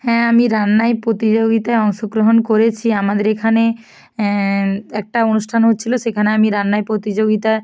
হ্যাঁ আমি রান্নার প্রতিযোগিতায় অংশগ্রহণ করেছি আমাদের এখানে একটা অনুষ্ঠান হচ্ছিল সেখানে আমি রান্নার প্রতিযোগিতা